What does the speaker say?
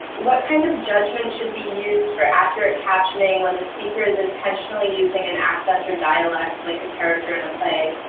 what kind of judgment should be used for accurate captioning when the speaker is intentionally using an accent or dialect like the character in a play?